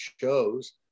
shows